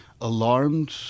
alarmed